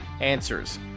answers